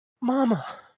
Mama